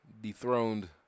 dethroned